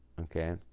okay